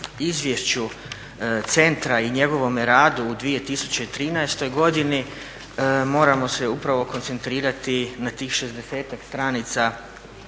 izvješću centra i njegovome radu u 2013. godini moramo se upravo koncentrirati na tih 60-ak stranica